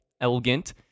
elegant